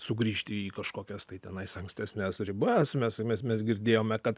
sugrįžti į kažkokias tai tenais ankstesnes ribas mes mes mes girdėjome kad